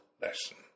lesson